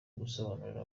gusobanurira